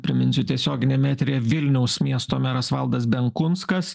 priminsiu tiesioginiam eteryje vilniaus miesto meras valdas benkunskas